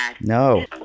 No